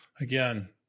Again